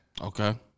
Okay